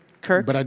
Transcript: Kirk